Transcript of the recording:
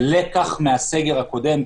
ולקח מהסגר הקודם,